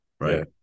right